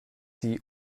sie